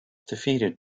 defeated